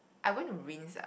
I won't rinse lah